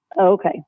Okay